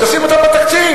תשים אותם בתקציב.